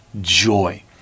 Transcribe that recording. joy